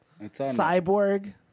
cyborg